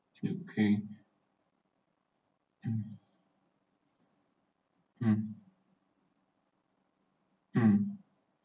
is it okay um um um